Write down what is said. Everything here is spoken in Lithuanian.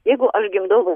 jeigu aš gimdau